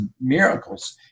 miracles